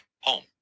Home